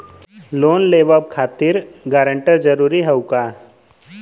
Loan लेवब खातिर guarantor जरूरी हाउ का?